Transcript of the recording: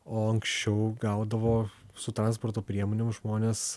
o anksčiau gaudavo su transporto priemonėm žmonės